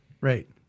Right